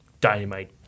dynamite